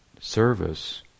service